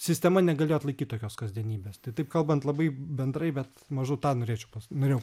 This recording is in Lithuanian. sistema negalėjo atlaikyt tokios kasdienybės tai taip kalbant labai bendrai bet maždaug tą norėčiau norėjau